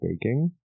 baking